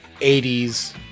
80s